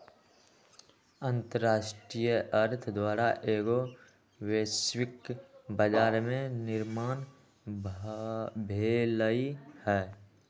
अंतरराष्ट्रीय अर्थ द्वारा एगो वैश्विक बजार के निर्माण भेलइ ह